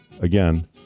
again